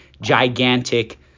gigantic